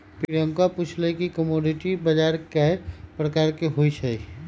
प्रियंका पूछलई कि कमोडीटी बजार कै परकार के होई छई?